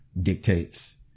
dictates